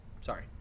Sorry